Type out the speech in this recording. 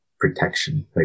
protection